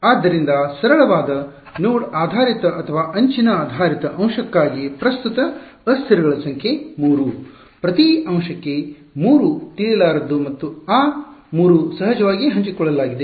ಆದ್ದರಿಂದ ಸರಳವಾದ ನೋಡ್ ಆಧಾರಿತ ಅಥವಾ ಅಂಚಿನ ಆಧಾರಿತ ಅಂಶಕ್ಕಾಗಿ ಪ್ರಸ್ತುತ ಅಸ್ಥಿರಗಳ ಸಂಖ್ಯೆ 3 ಪ್ರತಿ ಅಂಶಕ್ಕೆ 3 ಗೊತ್ತಿಲ್ಲದ್ದು ತಿಳಿಯಲಾರದ್ದು ಮತ್ತು ಆ 3 ಸಹಜವಾಗಿ ಹಂಚಿಕೊಳ್ಳಲಾಗಿದೆ